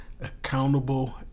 accountable